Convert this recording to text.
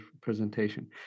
presentation